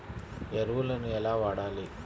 ఎరువులను ఎలా వాడాలి?